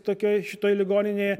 tokioj šitoj ligoninėje